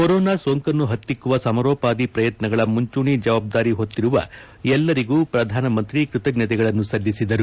corona ಸೋಂಕನ್ನು ಹತ್ತಿಕ್ಕುವ ಸಮಾರೋಪಾದಿ ಪ್ರಯತ್ನಗಳ ಮುಂಚೂಣಿ ಜವಾಬ್ದಾರಿ ಹೊತ್ತಿರುವ ಎಲ್ಲರಿಗೂ ಪ್ರಧಾನಮಂತ್ರಿ ಕೃತಜ್ಞತೆಗಳನ್ನು ಸಲ್ಲಿಸಿದರು